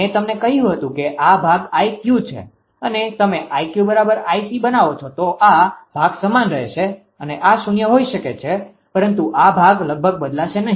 મે તમને કહ્યું હતું કે આ ભાગ 𝑖𝑞 છે અને તમે 𝑖𝑞 𝑖𝑐 બનાવો છો તો આ ભાગ સમાન રહેશે અને આ શૂન્ય હોઈ શકે છે પરંતુ આ ભાગ લગભગ બદલાશે નહીં